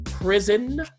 prison